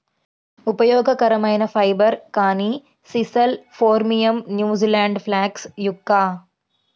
ఉపయోగకరమైన ఫైబర్, కానీ sisal phormium, New Zealand flax yucca